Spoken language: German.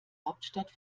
hauptstadt